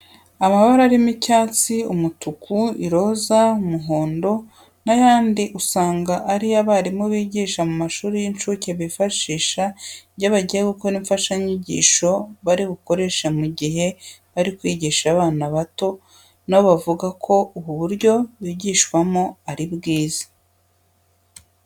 Amabara arimo icyatsi, umutuku, iroze, umuhondo n'ayandi usanga ari yo abarimu bigisha mu mashuri y'incuke bifashisha iyo bagiye gukora imfashanyigisho bari bukoreshe mu gihe bari kwigisha. Abana bato na bo bavuga ko ubu buryo bigishwamo ari bwiza.